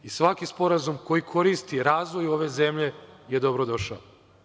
Svaki sporazum koji koristi razvoju ove zemlje je dobro došao.